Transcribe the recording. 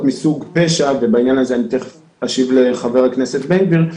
מסוג פשע בעניין הזה אני תכף אשיב לחבר הכנסת בן גביר.